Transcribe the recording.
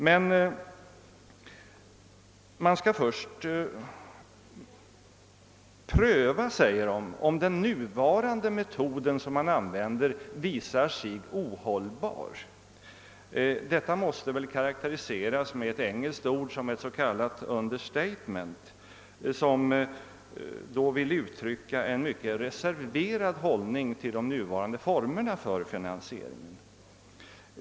Men man skall först pröva, säger utskottet, om den metod som nu används visar sig ohållbar. Detta måste väl karakteriseras med ett engelskt ord som ett understatement som vill uttrycka en mycket reserverad hållning till de nuvarande formerna för finansieringen.